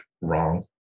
wrong